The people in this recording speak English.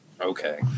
Okay